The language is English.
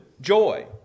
joy